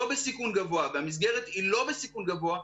בסיכון גבוה והמסגרת היא לא בסיכון גבוה,